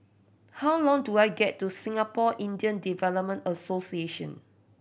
how long do I get to Singapore Indian Development Association